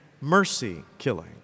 mercy-killing